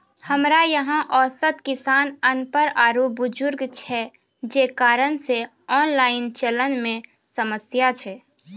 हमरा यहाँ औसत किसान अनपढ़ आरु बुजुर्ग छै जे कारण से ऑनलाइन चलन मे समस्या छै?